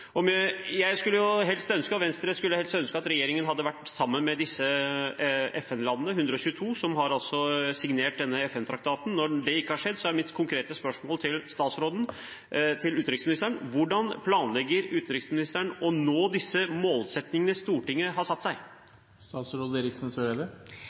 Venstre skulle helst ønske at regjeringen hadde vært sammen med disse FN-landene – 122 – som har signert denne FN-traktaten. Når det ikke har skjedd, er mitt konkrete spørsmål til utenriksministeren: Hvordan planlegger hun å nå disse målsettingene Stortinget har?